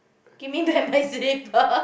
give me back my slipper